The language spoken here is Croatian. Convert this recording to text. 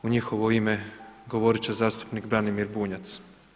U njihovo ime govorit će zastupnik Branimir Bunjac.